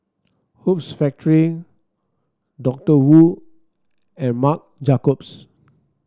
Hoops Factory Doctor Wu and Marc Jacobs